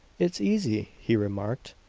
it's easy, he remarked,